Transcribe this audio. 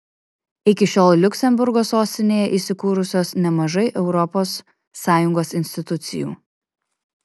iki šiol liuksemburgo sostinėje įsikūrusios nemažai europos sąjungos institucijų